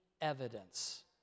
evidence